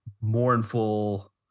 mournful